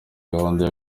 gahunda